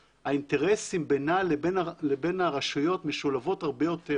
שהאינטרסים בינה לבין הרשויות משולבים הרבה יותר,